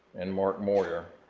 and mark moyar.